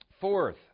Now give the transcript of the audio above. Fourth